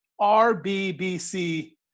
RBBC